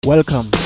Welcome